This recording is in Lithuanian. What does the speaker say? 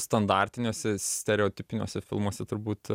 standartiniuose stereotipiniuose filmuose turbūt